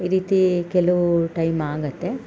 ಈ ರೀತಿ ಕೆಲವು ಟೈಮ್ ಆಗುತ್ತೆ